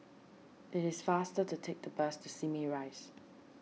it is faster to take the bus to Simei Rise